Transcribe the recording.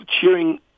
cheering